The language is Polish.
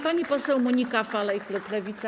Pani poseł Monika Falej, klub Lewica.